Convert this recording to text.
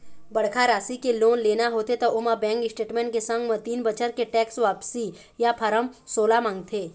बड़का राशि के लोन लेना होथे त ओमा बेंक स्टेटमेंट के संग म तीन बछर के टेक्स वापसी या फारम सोला मांगथे